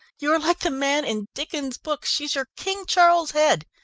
you are like the man in dickens's books she's your king charles's head!